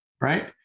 Right